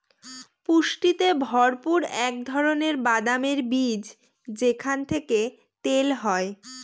পুষ্টিতে ভরপুর এক ধরনের বাদামের বীজ যেখান থেকে তেল হয়